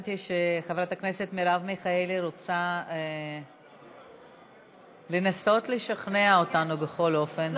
הבנתי שחברת הכנסת מרב מיכאלי רוצה לנסות לשכנע אותנו בכל אופן.